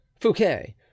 Fouquet